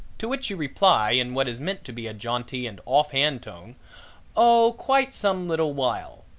to which you reply in what is meant to be a jaunty and off-hand tone oh quite some little while.